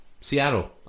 Seattle